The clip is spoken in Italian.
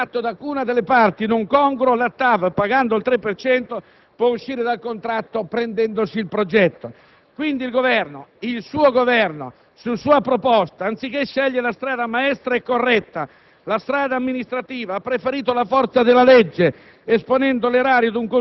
che stabilisce che, in presenza di un disaccordo sul prezzo giudicato da alcuna delle parti non congruo, la TAV, pagando il 3 per cento, può uscire dal contratto prendendosi il progetto. Quindi il Governo, il suo Governo, su sua proposta, anziché scegliere la soluzione maestra e corretta